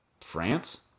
France